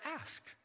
ask